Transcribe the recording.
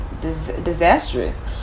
disastrous